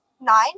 nine